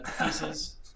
pieces